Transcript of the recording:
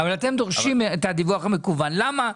את הדיווח המקוון, למה?